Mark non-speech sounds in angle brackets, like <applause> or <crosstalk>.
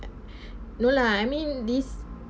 <breath> no lah I mean this